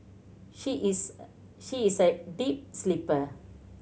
she is a she is a deep sleeper